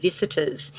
visitors